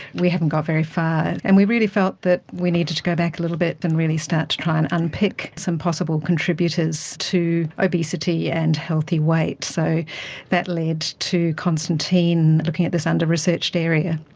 we haven't got very far. and we really felt that we needed to go back a little bit and really start to try and unpick some possible contributors to obesity and healthy weight. so that led to constantine looking at this under-researched area.